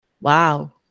wow